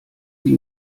sie